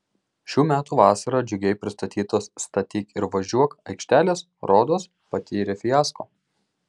šių metų vasarą džiugiai pristatytos statyk ir važiuok aikštelės rodos patyrė fiasko